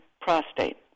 prostate